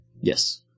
Yes